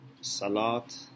Salat